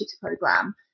program